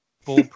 full